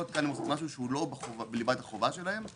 כאן הן עושות משהו שהוא לא בליבת החובה שלהם.